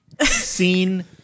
seen